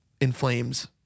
inflames